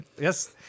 Yes